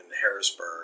harrisburg